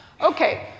Okay